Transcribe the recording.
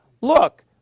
look